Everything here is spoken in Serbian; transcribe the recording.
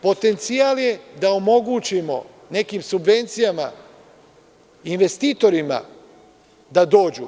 Potencijal je da omogućimo nekim subvencijama, investitorima da dođu.